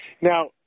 Now